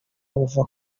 buvuga